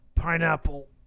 Pineapple